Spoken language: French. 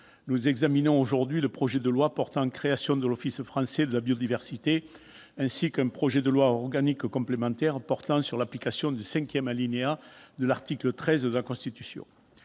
nous examinons aujourd'hui le projet de loi portant création de l'Office français de la biodiversité, ainsi qu'un projet de loi organique complémentaire, portant sur l'application du cinquième alinéa de l'article 13 de la Constitution.